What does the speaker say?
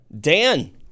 Dan